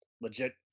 legit